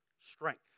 Strength